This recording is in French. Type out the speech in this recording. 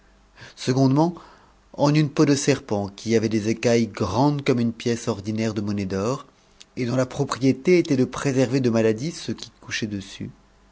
secondement en une peau de serpent qui avait des écailles grandes comme une pièce ordinaire de monnaie d'or et dont la propriété était de préserver de maladie ceux qui couchaient dessus